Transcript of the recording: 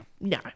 No